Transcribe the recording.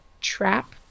trap